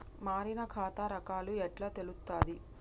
మారిన ఖాతా రకాలు ఎట్లా తెలుత్తది?